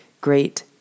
great